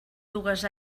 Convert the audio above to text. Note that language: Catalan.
dues